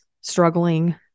struggling